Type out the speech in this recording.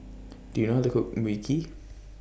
Do YOU know How to Cook Mui Kee